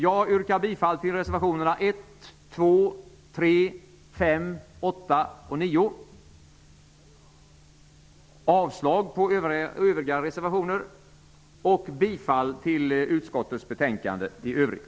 Jag yrkar bifall till reservationerna 1, 2, 3, 5, 8 och 9 och bifall till utskottets hemställan i övrigt.